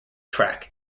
track